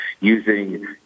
using